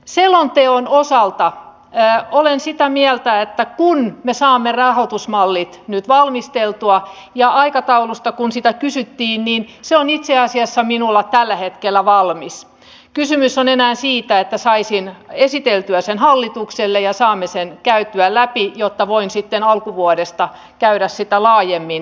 selonteon osalta olen sitä mieltä että kun me saamme rahoitusmallit nyt valmisteltua ja aikataulusta kun sitä kysyttiin niin se on itse asiassa minulla tällä hetkellä valmis kysymys on enää siitä että saisin esiteltyä sen hallitukselle ja saamme sen käytyä läpi jotta voin sitten alkuvuodesta käydä sitä läpi laajemmin esiteltynä